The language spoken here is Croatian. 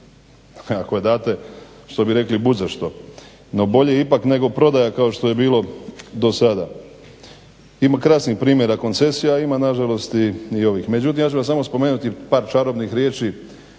Ako je date što bi rekli bud zašto, no bolje ipak nego prodaja kao što je bilo do sada. Ima krasnih primjera koncesija, a ima na žalost i ovih. Međutim, ja ću vam samo spomenuti par čarobnih riječi